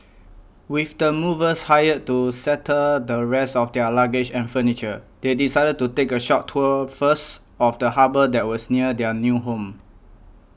with the movers hired to settle the rest of their luggage and furniture they decided to take a short tour first of the harbour that was near their new home